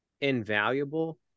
invaluable